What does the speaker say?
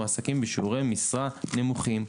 מועסקים בשיעורי משרה נמוכים.